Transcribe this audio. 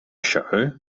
show